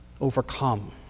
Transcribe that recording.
overcome